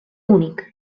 únic